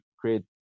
create